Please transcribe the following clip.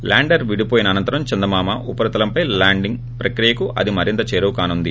lander వీడిపోయిన అనంతరం చందమామ ఉపరితలంపై ల్యాండింగ్ ప్రక్రియకు అది మరింత చేరువకానుంది